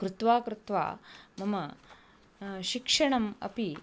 कृत्वा कृत्वा मम शिक्षणम् अपि